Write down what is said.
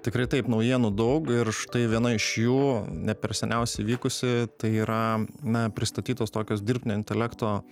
tikrai taip naujienų daug ir štai viena iš jų ne per seniausiai įvykusi tai yra na pristatytos tokios dirbtinio intelekto